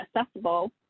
accessible